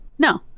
No